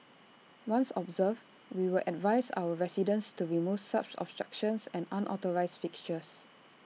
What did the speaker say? once observed we will advise our residents to remove such obstructions and unauthorised fixtures